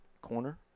corner